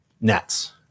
nets